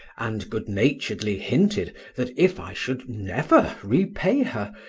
and good-naturedly hinted that if i should never repay her,